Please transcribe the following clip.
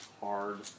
hard